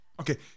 Okay